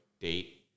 date